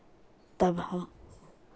तब हम